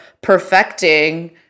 perfecting